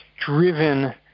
driven